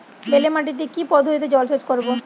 বেলে মাটিতে কি পদ্ধতিতে জলসেচ করব?